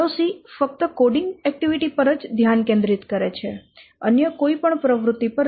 LOC ફક્ત coding પ્રવૃત્તિ પર જ ધ્યાન કેન્દ્રિત કરે છે અન્ય કોઈ પ્રવૃત્તિ પર નહિ